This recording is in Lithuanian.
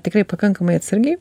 tikrai pakankamai atsargiai